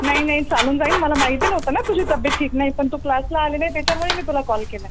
नाही नाही चालून जाईन मला माहिती नव्हतं नं तुझी तब्येत ठीक नाही पण तू क्लासला आली नाही त्याच्यामुळे मी तुला कॉल केला आहे